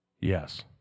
Yes